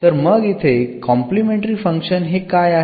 तर मग इथे कॉम्पलीमेंटरी फंक्शन हे काय आहे